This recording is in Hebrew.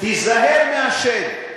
תיזהר מהשד.